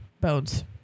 bones